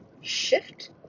Shift